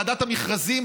ועדת המכרזים,